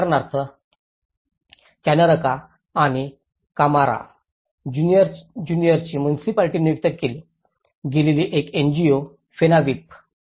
उदाहरणार्थ कॅनारका आणि कामारा ज्युनियरची मुनिसिपालिटी नियुक्त केली गेलेली एक एनजीओ 'फेनाविप'